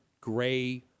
gray